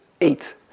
eight